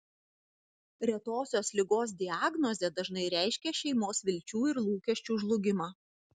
retosios ligos diagnozė dažnai reiškia šeimos vilčių ir lūkesčių žlugimą